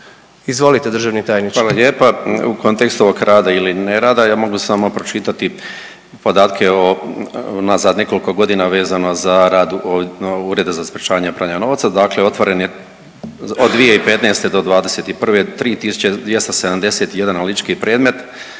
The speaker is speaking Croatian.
izvolite državni tajniče/….